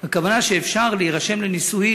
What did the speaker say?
הכוונה היא שאפשר להירשם לנישואים,